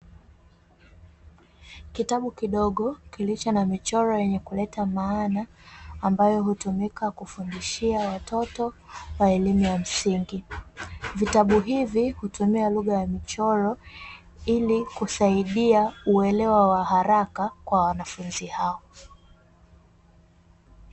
Kitabu kidogo kilicho na michoro yenye kuleta maana ambayo hutumika kufundishia watoto wa elimu ya msingi. Vitabu hivi hutumia lugha ya mchoro ili kusaidia uelewa wa haraka kwa wanafunzi hao.